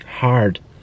hard